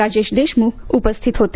राजेश देशम्ख उपस्थित होते